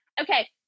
Okay